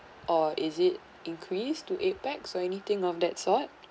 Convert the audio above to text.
or is it increase to eight pax or anything of that sort